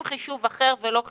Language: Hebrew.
חישוב אחר ולא קונבנציונלי.